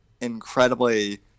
incredibly